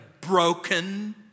broken